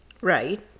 Right